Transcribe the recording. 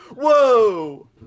Whoa